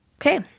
Okay